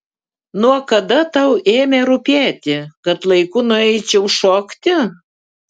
nuo kada tau ėmė rūpėti kad laiku nueičiau šokti